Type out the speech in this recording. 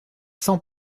sans